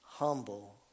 humble